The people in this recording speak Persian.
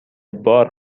بار